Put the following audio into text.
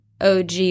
OG